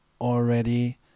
already